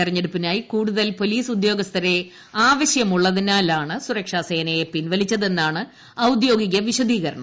തെരഞ്ഞെടുപ്പിനായി കൂടുതൽ പൊലീസ് ഉദ്യോഗസ്ഥരെ ആവശ്യമുള്ളതിനാലാണ് സുരക്ഷാസേനയെ പിൻവലിച്ചതെന്നാണ് ഔദ്യോഗിക വിശദീകരണം